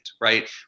right